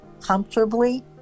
comfortably